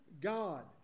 God